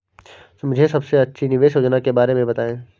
मुझे सबसे अच्छी निवेश योजना के बारे में बताएँ?